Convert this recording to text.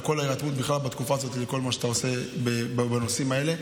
על כל ההירתמות בתקופה הזאת ועל כל מה שאתה עושה בנושאים האלה.